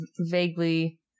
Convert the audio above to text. vaguely